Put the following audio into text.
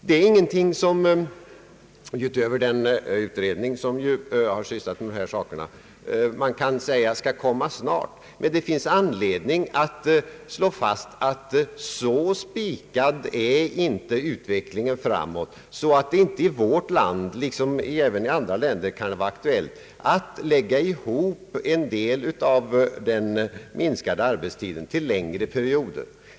Det finns anledning att slå fast att den framtida utvecklingen inte är så spikad att det inte i vårt land liksom i andra länder kan vara aktuellt att lägga ihop en del av den minskade arbetstiden till längre perioder.